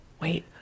wait